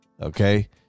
Okay